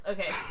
Okay